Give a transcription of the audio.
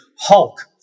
Hulk